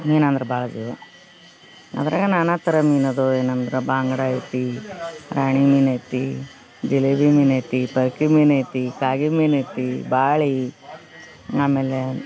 ಮೀನು ಅಂದ್ರ ಭಾಳ ಜೀವ ಅಂದರೆ ನನ್ನ ಹತ್ರ ಮೀನು ಅದು ಏನಂದ್ರ ಬಾಂಗ್ಡೆ ಐತಿ ರಾಣಿ ಮೀನು ಐತಿ ಜಿಲೇಬಿ ಮೀನು ಐತಿ ಪರ್ಕಿ ಮೀನು ಐತಿ ಕಾಗೆ ಮೀನು ಐತಿ ಬಾಳಿ ಆಮೇಲೆ